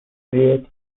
create